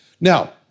Now